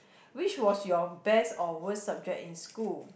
which was your best or worst subject in school